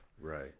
Right